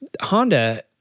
Honda